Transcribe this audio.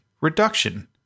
reduction